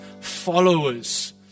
followers